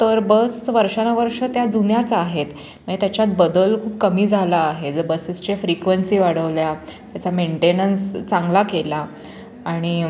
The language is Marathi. तर बस वर्षानुवर्ष त्या जुन्याच आहेत मये त्याच्यात बदल खूप कमी झाला आहे जर बसेसच्या फ्रिक्वन्सी वाढवल्या त्याचा मेंटेनन्स चांगला केला आणि